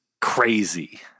crazy